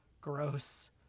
gross